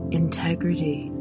integrity